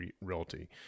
Realty